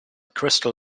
crystal